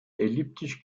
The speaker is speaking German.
elliptisch